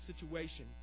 situation